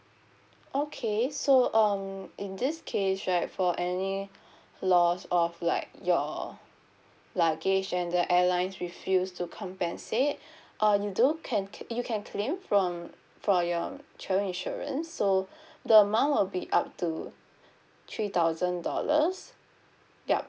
okay so um in this case right for any loss of like your luggage and the airlines refuse to compensate uh you do can cla~ you can claim from from your travel insurance so the amount will be up to three thousand dollars yup